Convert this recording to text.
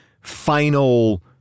final